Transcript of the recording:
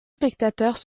spectateurs